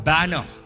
Banner